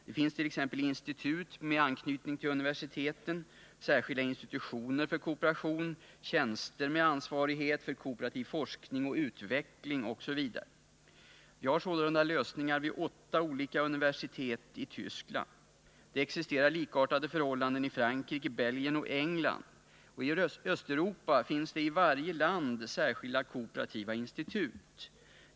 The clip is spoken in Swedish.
Det finns t.ex. institut med anknytning till universiteten, särskilda institutioner för kooperation, tjänster med ansvarighet för kooperativ forskning och utveckling osv. Vi har sådana lösningar vid åtta olika universitet i Tyskland. Det existerar likartade förhållanden i Frankrike, Belgien och England. I Östeuropa finns det i varje land särskilda kooperativa institut.